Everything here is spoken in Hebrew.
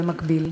במקביל.